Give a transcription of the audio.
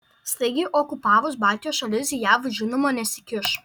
staigiai okupavus baltijos šalis jav žinoma nesikiš